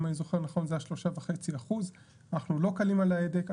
אם אני זוכר נכון זה היה 3.5%. אנחנו לא קלים על ההדק.